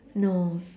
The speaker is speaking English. no